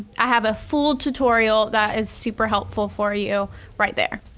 i have a full tutorial that is super helpful for you right there.